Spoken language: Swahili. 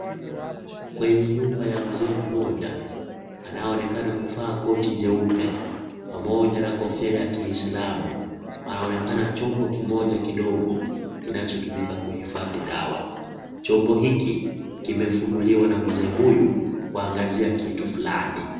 Kwenye nyumba ya mzee mmoja, anaonekana kuvaa koti jeupe pamoja na kofia ya Kiislamu. Panaonekana chombo kimoja kidogo, kinachotumika kuhifadhi dawa. Chombo hiki, kimefunuliwa na mzee huyu, kuangazia kitu fulani.